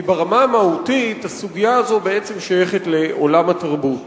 כי ברמה המהותית הסוגיה הזאת בעצם שייכת לעולם התרבות.